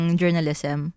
journalism